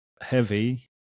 heavy